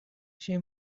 she